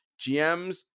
GMs